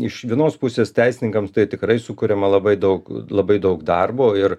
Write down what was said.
iš vienos pusės teisininkams tai tikrai sukuriama labai daug labai daug darbo ir